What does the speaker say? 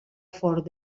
fort